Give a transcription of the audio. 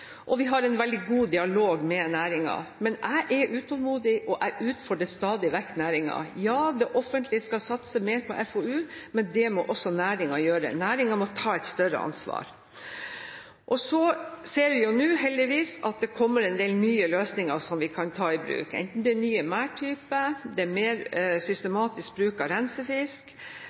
og vi har en veldig god dialog med næringen. Men jeg er utålmodig, og jeg utfordrer stadig vekk næringen. Ja, det offentlige skal satse mer på FoU, men det må også næringen gjøre, næringen må ta et større ansvar. Så ser vi nå heldigvis at det kommer en del nye løsninger som vi kan ta i bruk, enten det er nye merdtyper, mer systematisk bruk av rensefisk